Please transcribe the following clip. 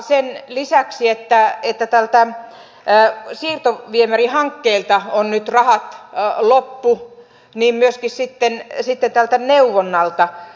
sen lisäksi että tältä siirtoviemärihankkeelta on nyt rahat loppu niin on myöskin tältä neuvonnalta